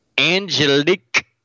Angelique